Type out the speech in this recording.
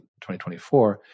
2024